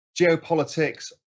geopolitics